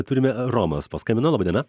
turime romas paskambina laba diena